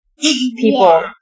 people